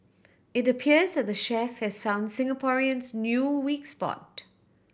it appears that the chef has found Singaporeans' new weak spot